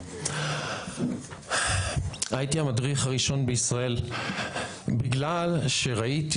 הייתי המדריך הראשון בישראל בגלל שראיתי